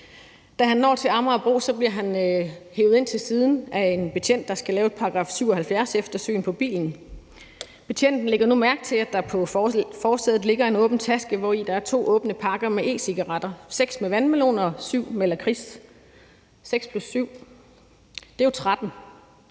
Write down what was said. Da han når til Amagerbro, bliver han hevet ind til siden af en betjent, der skal lave et § 77-eftersyn på bilen. Betjenten lægger nu mærke til, at der på forsædet ligger en åben taske, hvori der er to åbne pakker med e-cigaretter, seks med vandmelon og syv med lakrids. 6 plus 7 er jo 13.